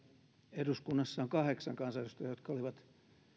eduskunnassa on kahdeksan kansanedustajaa jotka olivat